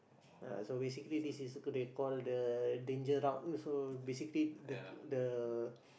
ah so basically this is what they call the danger route also basically the the